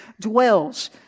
Dwells